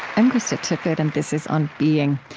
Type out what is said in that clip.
i'm krista tippett and this is on being.